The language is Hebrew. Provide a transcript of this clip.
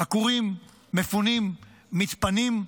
עקורים, מפונים, מתפנים,